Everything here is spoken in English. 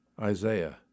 Isaiah